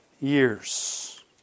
years